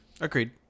agreed